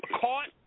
caught